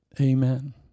Amen